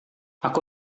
aku